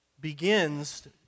begins